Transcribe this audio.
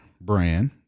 brand